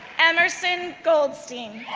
emerson goldstein,